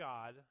God